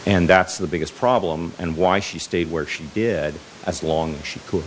and that's the biggest problem and why she stayed where she did as long as she co